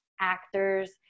actors